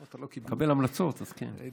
אם אני אקבל המלצות, אז כן.